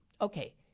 Okay